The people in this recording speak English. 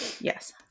Yes